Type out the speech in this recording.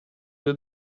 due